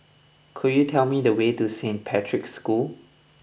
could you tell me the way to Saint Patrick's School